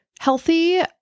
healthy